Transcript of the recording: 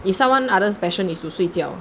if someone other special needs to 睡觉